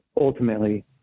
ultimately